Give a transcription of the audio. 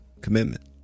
commitment